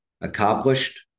accomplished